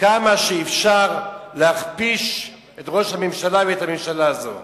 כמה שאפשר להכפיש את ראש הממשלה ואת הממשלה הזאת.